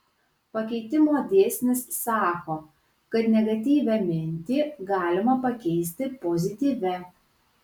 pakeitimo dėsnis sako kad negatyvią mintį galima pakeisti pozityvia